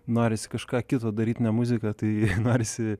norisi kažką kito daryt ne muzika tai norisi